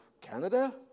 Canada